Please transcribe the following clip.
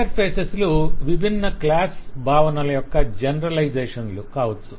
interface లు విభిన్న class భావనల యొక్క జనరలైజషన్ లు కావచ్చు